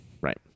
Right